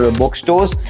bookstores